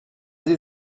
sie